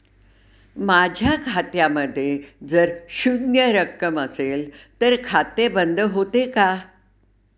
माझ्या खात्यामध्ये जर शून्य रक्कम असेल तर खाते बंद होते का?